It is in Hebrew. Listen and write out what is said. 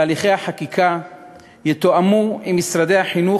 תהליכי החקיקה יתואמו עם משרדי החינוך,